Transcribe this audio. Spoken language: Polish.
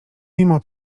mimo